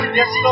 yes